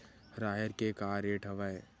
राहेर के का रेट हवय?